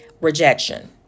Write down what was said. rejection